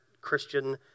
Christian